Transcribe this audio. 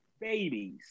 babies